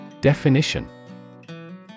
Definition